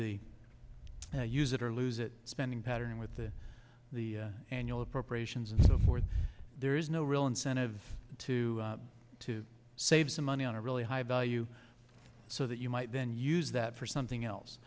the use it or lose it spending pattern with the the annual appropriations and so forth there is no real incentive to to save some money on a really high value so that you might then use that for something